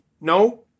No